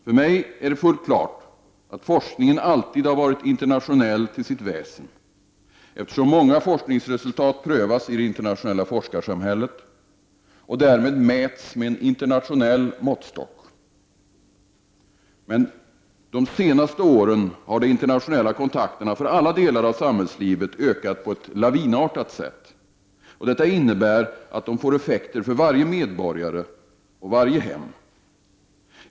För mig står det fullt klart att forskningen alltid har varit internationell till sitt väsen, eftersom många forskningsresultat prövas i det internationella forskarsamhället och därmed mäts med en internationell måttstock. Men de senaste åren har de internationella kontakterna för alla delar av samhällslivet ökat på ett lavinartat sätt. Detta innebär att de får effekter för varje medborgare och varje hem.